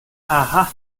aha